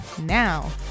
Now